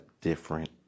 different